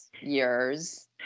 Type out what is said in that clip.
years